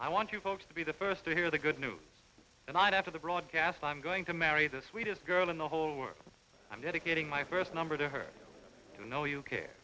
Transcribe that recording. i want you folks to be the first to hear the good news tonight after the broadcast i'm going to marry the sweetest girl in the whole world i'm dedicating my first number to her to